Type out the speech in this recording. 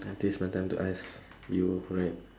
I think it's my time to ask you right